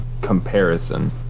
comparison